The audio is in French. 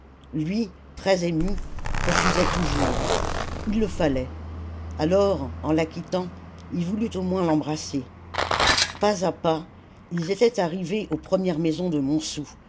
lui très ému refusait toujours il le fallait alors en la quittant il voulut au moins l'embrasser pas à pas ils étaient arrivés aux premières maisons de montsou